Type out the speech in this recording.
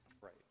Right